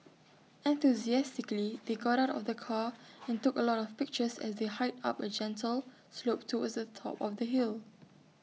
enthusiastically they got out of the car and took A lot of pictures as they hiked up A gentle slope towards the top of the hill